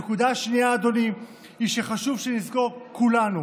הנקודה השנייה, אדוני, היא שחשוב שנזכור כולנו